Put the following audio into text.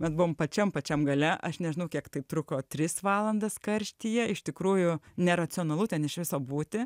bet buvom pačiam pačiam gale aš nežinau kiek tai truko tris valandas karštyje iš tikrųjų neracionalu ten iš viso būti